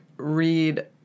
read